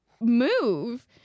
move